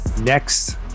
next